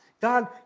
God